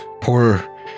poor